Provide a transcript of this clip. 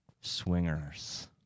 swingers